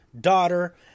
daughter